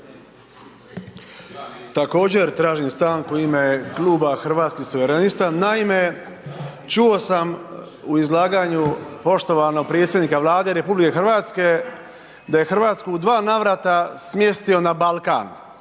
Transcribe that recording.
Također tražim stanku u ime kluba Hrvatskih suverenista. Naime, čuo sam u izlaganju poštovanog predsjednika Vlade RH da je Hrvatsku u dva navrata smjestio na Balkan.